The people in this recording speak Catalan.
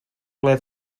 ple